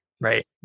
Right